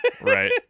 Right